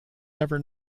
never